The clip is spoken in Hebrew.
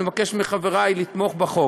אני מבקש מחברי לתמוך בה.